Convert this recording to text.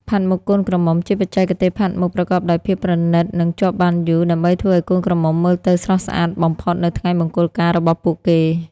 ផាត់មុខកូនក្រមុំ ជាបច្ចេកទេសផាត់មុខប្រកបដោយភាពប្រណិត និងជាប់បានយូរ ដើម្បីធ្វើឱ្យកូនក្រមុំមើលទៅស្រស់ស្អាតបំផុតនៅថ្ងៃមង្គលការរបស់ពួកគេ។